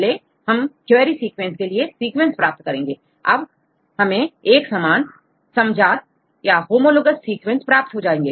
पहले हम query sequence के लिए सीक्वेंसेस प्राप्त करेंगे अब हमें यह समान समजातसीक्वेंस प्राप्त हो जाएगा